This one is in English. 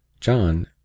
John